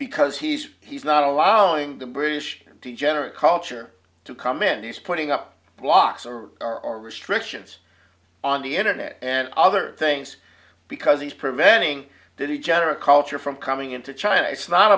because he's he's not allowing the british degenerate culture to come in he's putting up blocks or are restrictions on the internet and other things because he's preventing the new general culture from coming into china it's not